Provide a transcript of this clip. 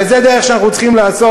וזו הדרך שאנחנו צריכים לעשות.